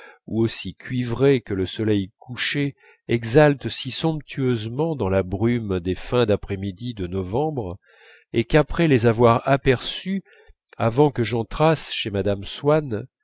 ou aussi cuivrés que le soleil couché exalte si somptueusement dans la brume des fins d'après-midi de novembre et qu'après les avoir aperçus avant que j'entrasse chez mme swann